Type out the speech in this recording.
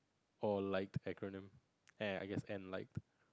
or liked acronym eh and I guess and like